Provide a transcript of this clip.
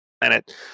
planet